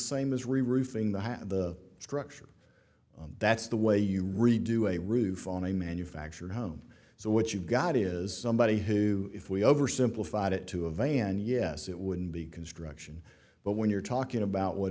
same as real roofing the height of the structure that's the way you redo a roof on a manufactured home so what you've got is somebody who if we over simplified it to a van yes it would be construction but when you're talking about what